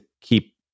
keep